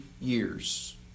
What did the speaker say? years